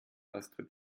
astrid